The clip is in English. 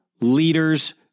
leaders